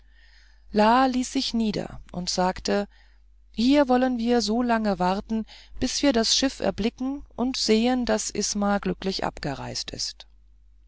ließ sich nieder und sagte hier wollen wir so lange warten bis wir das schiff erblicken und sehen daß isma glücklich abgereist ist